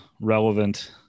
relevant